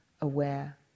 aware